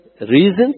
reasons